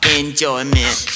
enjoyment